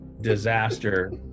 disaster